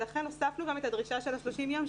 ולכן הוספנו גם את הדרישה של ה-30 יום,